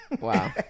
wow